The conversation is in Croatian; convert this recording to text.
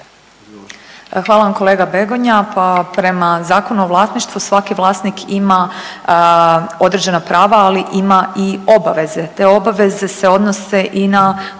Hvala vam kolega Begonja. Pa prema Zakonu o vlasništvu, svaki vlasnik ima određena prava, ali ima i obaveze. Te obaveze se odnose i na